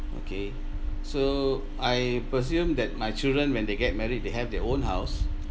okay so I presume that my children when they get married they have their own house